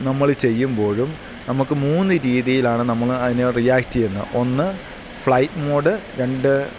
നമ്മള് ചെയ്യുമ്പോഴും നമുക്കു മൂന്നു രീതിയിലാണ് നമ്മള് അതിനെ റിയാക്റ്റേയ്യുന്നത് ഒന്ന് ഫ്ലൈറ്റ് മോഡ് രണ്ട്